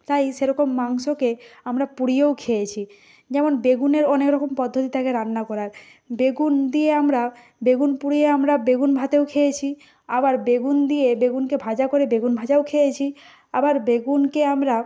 তাই সেরকম মাংসকে আমরা পুড়িয়েও খেয়েছি যেমন বেগুনের অনেক রকম পদ্ধতি থাকে রান্না করার বেগুন দিয়ে আমরা বেগুন পুড়িয়ে আমরা বেগুন ভাতেও খেয়েছি আবার বেগুন দিয়ে বেগুনকে ভাজা করে বেগুন ভাজাও খেয়েছি আবার বেগুনকে আমরা